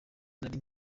nari